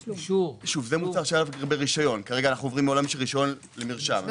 כרגע אנו עוברים מעולם של רשיון למרשם.